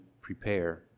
prepare